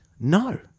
No